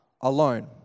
alone